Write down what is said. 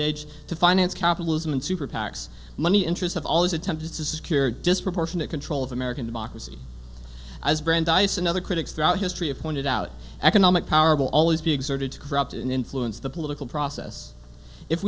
age to finance capitalism and super pacs money interests of all these attempts to secure disproportionate control of american democracy as brandeis another critics throughout history have pointed out economic power will always be exerted to corrupt and influence the political process if